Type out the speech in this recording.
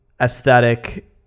aesthetic